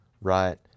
right